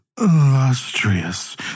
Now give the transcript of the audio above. illustrious